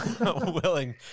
willing